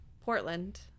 Portland